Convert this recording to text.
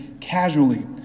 casually